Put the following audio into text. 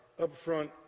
upfront